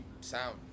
sound